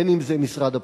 בין שזה משרד הפנים.